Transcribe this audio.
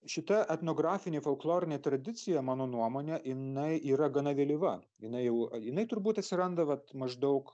šita etnografinė folklorinė tradicija mano nuomone jinai yra gana vėlyva jinai jau ar jinai turbūt atsiranda vat maždaug